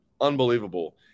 Unbelievable